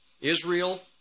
Israel